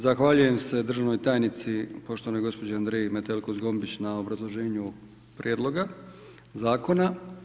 Zahvaljujem se državnoj tajnici, poštovanoj gospođi Andrei Metelko Zgombić na obrazloženju ovog prijedloga zakona.